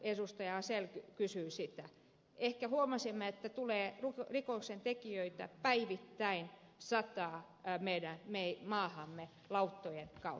asell kysyi siitä niin ehkä huomasimme että rikoksentekijöitä tulee päivittäin sata meidän maahamme lauttojen kautta